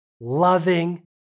loving